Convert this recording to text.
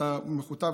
אתה מכותב,